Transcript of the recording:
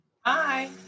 Hi